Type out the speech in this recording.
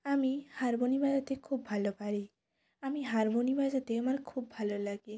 আমি হারমোনি বাজাতে খুব ভালো পারি আমি হারমোনি বাজাতে আমার খুব ভালো লাগে